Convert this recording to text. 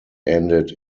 ended